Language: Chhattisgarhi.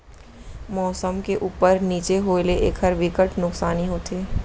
मउसम के उप्पर नीचे होए ले एखर बिकट नुकसानी होथे